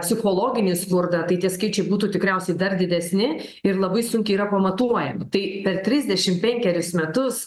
psichologinį skurdą tai tie skaičiai būtų tikriausiai dar didesni ir labai sunkiai yra pamatuojami tai per trisdešim penkerius metus